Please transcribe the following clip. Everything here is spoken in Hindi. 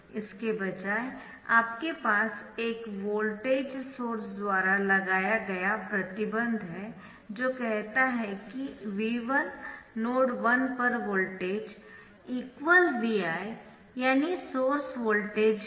इसके बजाय आपके पास इस वोल्टेज सोर्स द्वारा लगाया गया प्रतिबंध है जो कहता है कि V1 नोड 1 पर वोल्टेज Vi यानी सोर्स वोल्टेज है